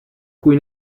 cui